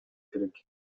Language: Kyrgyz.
керек